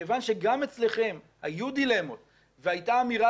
מכיוון שגם אצלכם היו דילמות והייתה אמירה